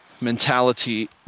mentality